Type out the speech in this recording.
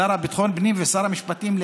השר לביטחון פנים ושר המשפטים,